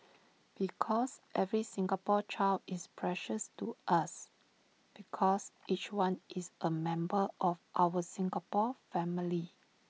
because every Singapore child is precious to us because each one is A member of our Singapore family